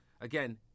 again